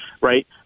right